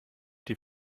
die